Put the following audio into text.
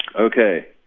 ok.